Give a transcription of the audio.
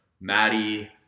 Maddie